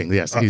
yes,